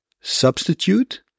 Substitute